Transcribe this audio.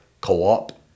co-op